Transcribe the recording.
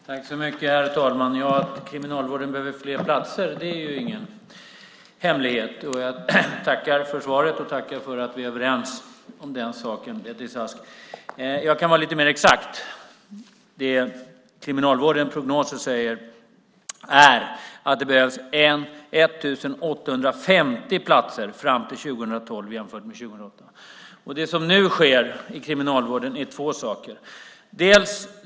Herr talman! Det är ingen hemlighet att Kriminalvården behöver fler platser. Jag tackar för svaret, och jag tackar för att vi är överens om den saken, Beatrice Ask. Jag kan vara lite mer exakt. Det Kriminalvårdens prognoser säger är att det behövs 1 850 platser fram till 2012 jämfört med 2008. Det som nu sker i Kriminalvården är två saker.